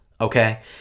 okay